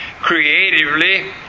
creatively